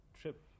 trip